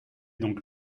donc